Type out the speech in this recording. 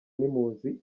n’impunzi